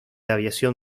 aviación